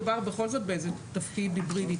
פה מדובר בכל זאת באיזה תפקיד היברידי,